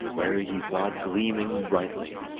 where he saw it gleaming brightly.